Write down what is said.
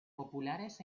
populares